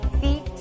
feet